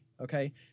Okay